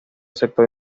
sector